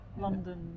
london